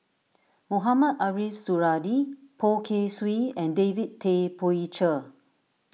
Mohamed Ariff Suradi Poh Kay Swee and David Tay Poey Cher